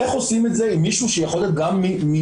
איך עושים את זה עם מישהו שיכול לתת גם מרחוק,